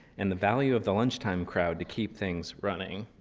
and the value of the lunchtime crowd to keep things running.